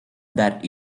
that